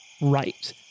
right